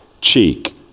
cheek